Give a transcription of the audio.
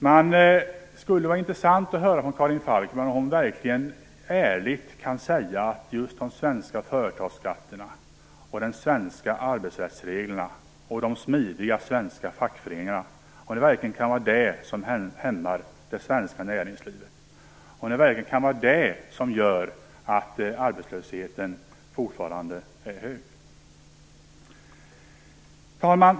Det skulle vara intressant att höra om Karin Falkmer verkligen ärligt kan säga att just de svenska företagsskatterna, de svenska arbetsrättsreglerna och de smidiga svenska fackföreningarna är de som hämmar det svenska näringslivet och som gör att arbetslösheten fortfarande är hög. Fru talman!